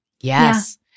Yes